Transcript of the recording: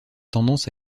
tendance